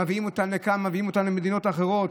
מביאים אותם לכאן, מביאים אותם למדינות אחרות.